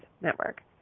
Network